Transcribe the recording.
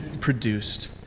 produced